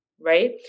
right